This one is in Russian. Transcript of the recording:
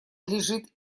лежит